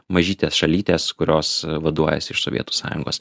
mažytės šalytės kurios vaduojasi iš sovietų sąjungos